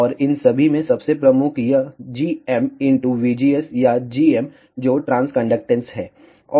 और इन सभी में सबसे प्रमुख है यह gm इन टू vgs या gm जो ट्रांसकंडक्टेन्स है